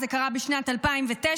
זה קרה בשנת 2009,